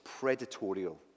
predatorial